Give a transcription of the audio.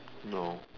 no